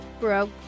broke